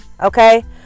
Okay